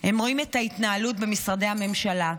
הם רואים את ההתנהלות במשרדי הממשלה,